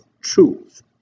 truth